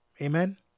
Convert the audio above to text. Amen